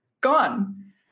gone